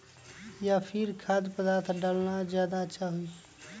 या फिर खाद्य पदार्थ डालना ज्यादा अच्छा होई?